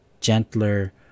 gentler